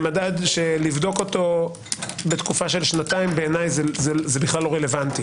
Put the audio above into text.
זה מדד שלבדוק אותו בתקופה של שנתיים בעיניי זה כלל לא רלוונטי